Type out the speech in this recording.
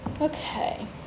Okay